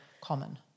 common